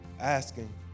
asking